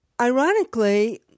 ironically